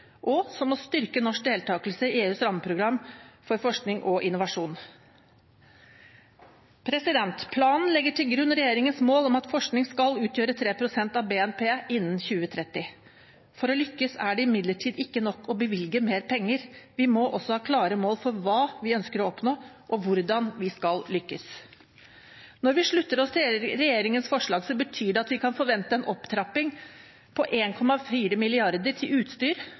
til forskningsinfrastruktur å styrke norsk deltakelse i EUs rammeprogram for forskning og innovasjon Planen legger til grunn regjeringens mål om at forskning skal utgjøre 3 pst. av BNP innen 2030. For å lykkes er det imidlertid ikke nok å bevilge mer penger – vi må også ha klare mål for hva vi ønsker å oppnå, og hvordan vi skal lykkes. Når vi slutter oss til regjeringens forslag, betyr det at vi kan forvente en opptrapping på 1,4 mrd. kr til utstyr,